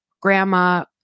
Grandma